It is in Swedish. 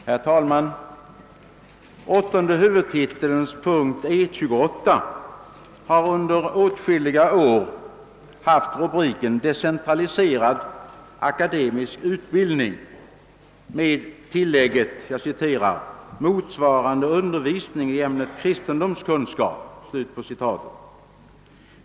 Herr talman! Åttonde huvudtiteln punkt E 28 har under åtskilliga år haft rubriken Decentraliserad akademisk utbildning med tillägget »motsvarande undervisning i ämnet kristendomskunskap».